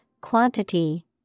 quantity